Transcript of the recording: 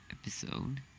episode